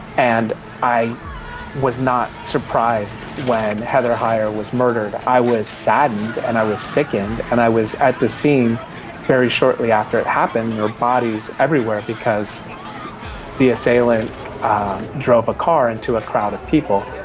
and i was not surprised when heather hyer was murdered. i was saddened and i was sickened and i was at the scene very shortly after it happened, and there were bodies everywhere because the assailant drove a car into a crowd of people.